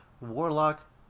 Warlock